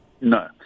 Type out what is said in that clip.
no